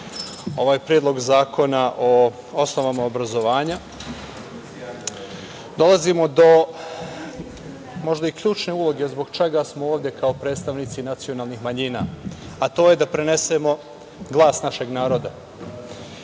ovaj Predlog zakona o osnovama obrazovanja, dolazimo do možda i ključne uloge zbog čega smo ovde kao predstavnici nacionalnih manjina, a to je da prenesemo glas našeg naroda. Kada